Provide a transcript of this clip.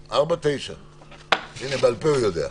9-4. הינה, בעל פה הוא יודע.